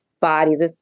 bodies